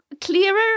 clearer